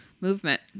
movement